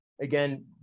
again